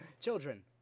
Children